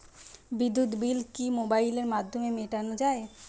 বিদ্যুৎ বিল কি মোবাইলের মাধ্যমে মেটানো য়ায়?